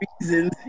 reasons